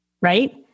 right